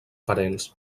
parents